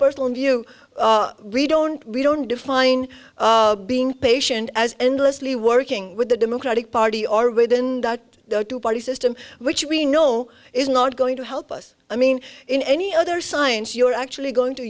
personal view we don't we don't define being patient as endlessly working with the democratic party or within the two party system which we know is not going to help us i mean in any other science you are actually going to